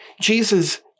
Jesus